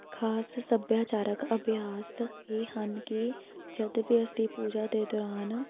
ਖਾਸ ਸੱਭਿਆਚਾਰਕ ਅਭਿਆਸ ਇਹ ਹਨ ਕਿ ਜਦ ਵੀ ਅਸੀਂ ਪੂਜਾ ਦੇ ਦੌਰਾਨ